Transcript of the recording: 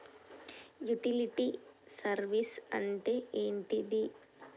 Utility service అంటే ఏంటిది?